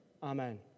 Amen